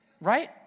right